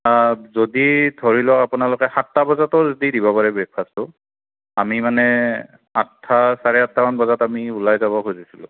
যদি ধৰি লওক আপোনালোকে সাতটা বজাতো যদি দিব পাৰে ব্ৰেকফাষ্টটো আমি মানে আঠটা চাৰে আঠটামান বজাত আমি ওলাই যাব খুজিছিলোঁ